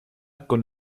con